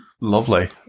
Lovely